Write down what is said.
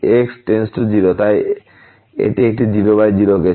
x → 0 তাই এটি একটি 0 বাই 0 কেস